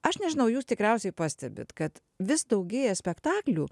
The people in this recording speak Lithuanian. aš nežinau jūs tikriausiai pastebit kad vis daugėja spektaklių